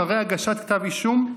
אחרי הגשת כתב אישום,